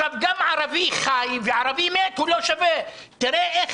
גם ערבי חי וערבי מת הוא לא שווה תראה את